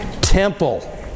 temple